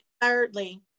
thirdly